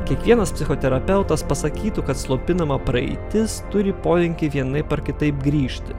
kiekvienas psichoterapeutas pasakytų kad slopinama praeitis turi polinkį vienaip ar kitaip grįžti